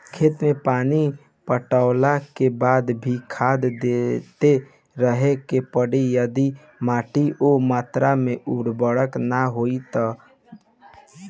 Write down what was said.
खेत मे पानी पटैला के बाद भी खाद देते रहे के पड़ी यदि माटी ओ मात्रा मे उर्वरक ना होई तब?